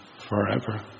forever